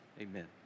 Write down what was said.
amen